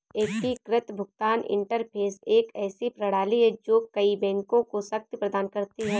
एकीकृत भुगतान इंटरफ़ेस एक ऐसी प्रणाली है जो कई बैंकों को शक्ति प्रदान करती है